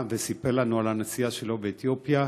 וסיפר לנו על הנסיעה שלו לאתיופיה,